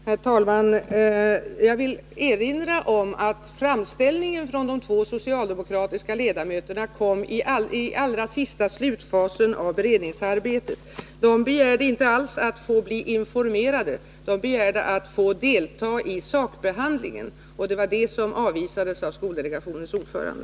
Herr talman! Jag vill erinra om att framställningen från de två socialdemokratiska ledamöterna kom i allra sista slutfasen av beredningsarbetet. De begärde inte alls att få bli informerade. De begärde att få delta i sakbehandlingen. Det var det som avvisades av skoldelegationens ordförande.